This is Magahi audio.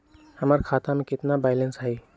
हमर खाता में केतना बैलेंस हई?